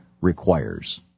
requires